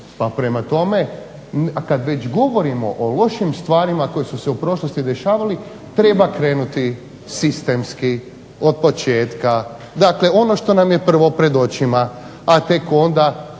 pa prema tome kada već govorimo o lošim stvarima koje su se u prošlosti dešavale treba krenuti sistemski, od početka, dakle ono što nam je prvo pred očima, a tek onda